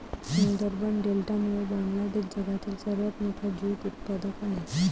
सुंदरबन डेल्टामुळे बांगलादेश जगातील सर्वात मोठा ज्यूट उत्पादक आहे